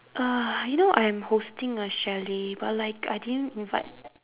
uh you know I am hosting a chalet but like I didn't invite